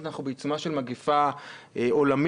אנחנו בעיצומה של מגפה עולמית,